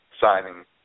signing